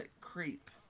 creep